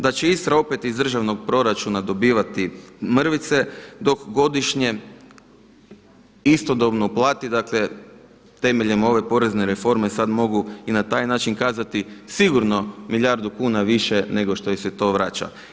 Da će Istra opet iz državnog proračuna dobivati mrvice, dok godišnje istodobno plati dakle, temeljem ove porezne reforme sada mogu i na taj način kazati sigurno milijardu kuna više nego što im se to vrača.